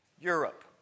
Europe